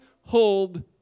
hold